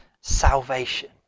salvation